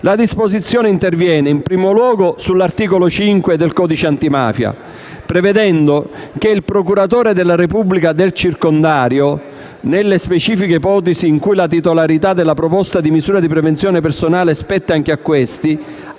La disposizione interviene, in primo luogo, sull'articolo 5 del codice antimafia, prevedendo che il procuratore della Repubblica del circondario, nelle specifiche ipotesi in cui la titolarità della proposta di misure di prevenzione personale spetti anche a questi,